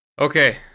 Okay